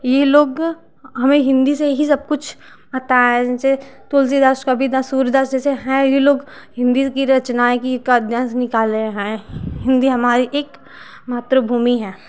ये लोग हमें हिंदी से ही सब कुछ बताया है जैसे तुलसीदास कबीरदास सूरदास जैसे ई लोग है हिंदी की रचनाएँ की कावयांश निकाले हैं हिंदी हमारी एक मातृभूमि है